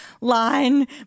line